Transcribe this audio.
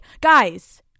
Guys